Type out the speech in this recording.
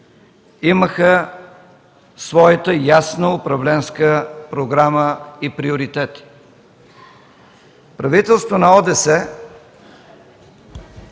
имаха своята ясна управленска програма и приоритет. Правителството на ОДС